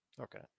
okay